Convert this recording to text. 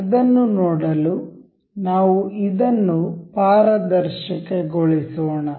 ಅದನ್ನು ನೋಡಲು ನಾವು ಇದನ್ನು ಪಾರದರ್ಶಕಗೊಳಿಸೋಣ